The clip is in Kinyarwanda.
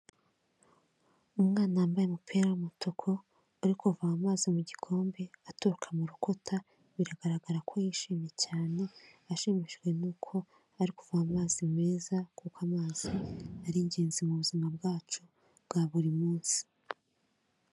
Umwana wambaye umupira w'umutuku uri kuvoma amazi mu gikombe aturuka mu rukuta biragaragara ko yishimye cyane, ashimishijwe nuko ari kuvoma amazi meza kuko amazi ari ingenzi mu buzima bwacu bwa buri munsi.